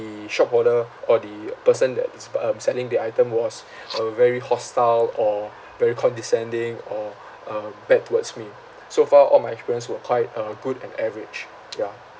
shop holder or the person that the sp~ um selling the item was uh very hostile or very condescending or uh bad towards me so far all my experience were quite uh good and average ya